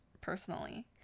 personally